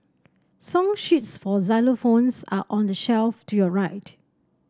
song sheets for xylophones are on the shelf to your right